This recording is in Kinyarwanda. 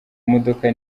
modoka